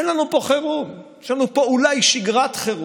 אין לנו פה חירום, יש לנו פה אולי שגרת חירום.